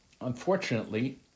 unfortunately